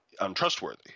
untrustworthy